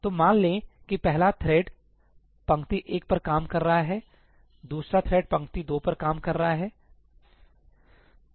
तो मान लें कि पहला थ्रेड् पंक्ति 1 पर काम कर रहा है दूसरा थ्रेड् पंक्ति 2 पर काम कर रहा है